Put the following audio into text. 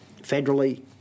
federally